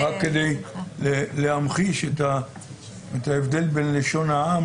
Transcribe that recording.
רק כדי להמחיש את ההבדל בין לשון העם